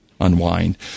unwind